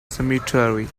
cemetery